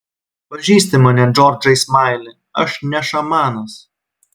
pažįsti mane džordžai smaili aš ne šamanas